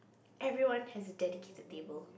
everyone has a dedicated table